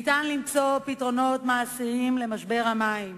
ניתן למצוא פתרונות מעשיים למשבר המים,